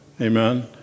Amen